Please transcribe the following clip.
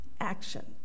action